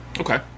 Okay